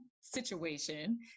situation